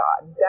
God